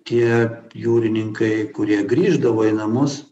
tie jūrininkai kurie grįždavo į namus